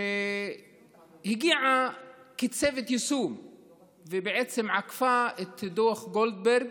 שהגיעה כצוות יישום ובעצם עקפה את דוח גולדברג,